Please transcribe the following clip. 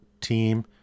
team